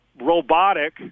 robotic